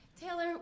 Taylor